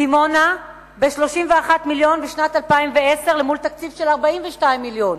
דימונה ב-31 מיליון בשנת 2010 מול תקציב של 42 מיליון,